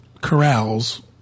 corrals